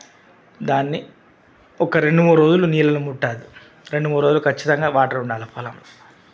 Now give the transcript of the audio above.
దాన్ని ఒక రెండు మూడు రోజులు నీళ్ళల్లో ముంటాది రెండు మూడు రోజులు ఖచ్చితంగా వాటర్ ఉండాలి పొలంలో